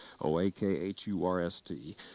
O-A-K-H-U-R-S-T